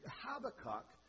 Habakkuk